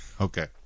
okay